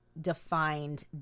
defined